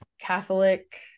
catholic